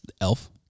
Elf